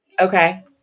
Okay